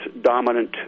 dominant